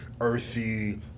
earthy